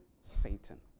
Satan